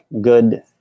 good